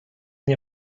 nie